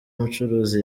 mucuruzi